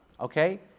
Okay